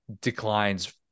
declines